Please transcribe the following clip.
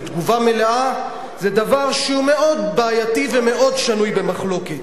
ותגובה מלאה זה דבר שהוא מאוד בעייתי ומאוד שנוי במחלוקת.